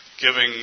giving